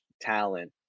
talent